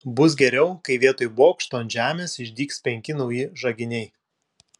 bus geriau kai vietoj bokšto ant žemės išdygs penki nauji žaginiai